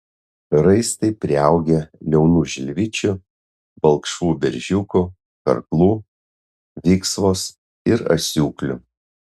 raistai priaugę liaunų žilvičių balkšvų beržiukų karklų viksvos ir asiūklių